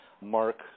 Mark